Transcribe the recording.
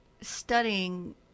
studying